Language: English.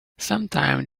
sometime